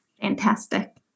Fantastic